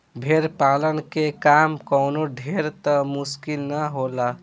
भेड़ पालन के काम कवनो ढेर त मुश्किल ना होला